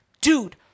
dude